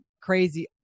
crazy